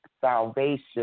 salvation